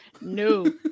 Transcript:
No